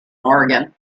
oregon